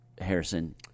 Harrison